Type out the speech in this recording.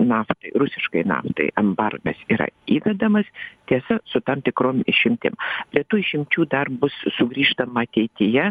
naftai rusiškai naftai embargas yra įvedamas tiesiog su tam tikrom išimtim prie tų išimčių dar bus sugrįžtama ateityje